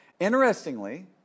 Interestingly